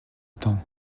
temps